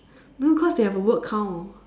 no cause they have a word count